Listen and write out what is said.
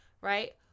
right